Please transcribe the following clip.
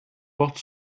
porte